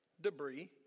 debris